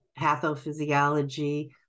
pathophysiology